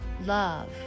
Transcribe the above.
love